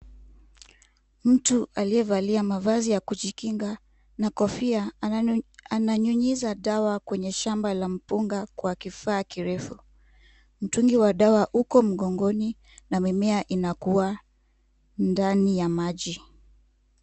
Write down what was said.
Mtu aliyevalia mavazi yakujikinga na kofia ananyunyiza dawa kwenye shamba la mpunga kwa kifaa kirefu. Mtungi wa dawa uko mgongoni na mimea uunakua ndani ya maji